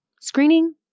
Screening